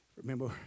Remember